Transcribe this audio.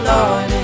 Lord